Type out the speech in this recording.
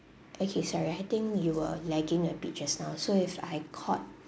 okay sorry I think you were lagging a bit just now so if I co~